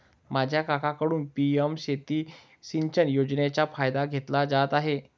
माझा काकांकडून पी.एम शेती सिंचन योजनेचा फायदा घेतला जात आहे